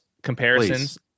Comparisons